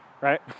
Right